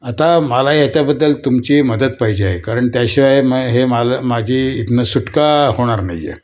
आता मला याच्याबद्दल तुमची मदत पाहिजे आहे कारण त्याशिवाय म हे माल माझी इथनं सुटका होणार नाही आहे